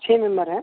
छः मेम्बर हैं